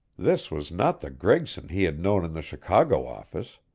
this was not the gregson he had known in the chicago office,